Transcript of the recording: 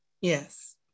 Yes